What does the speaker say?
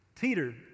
Peter